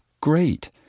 great